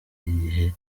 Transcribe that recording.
igihe